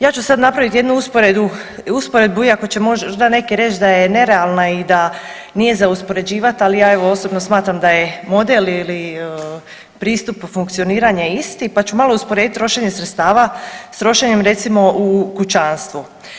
Ja ću sad napraviti jednu usporedbu iako će možda neki reć da je nerealna i da nije za uspoređivat, ali ja evo osobno smatram da je model ili pristupu funkcioniranja isti pa ću malo usporediti trošenje sredstava s trošenjem recimo u kućanstvu.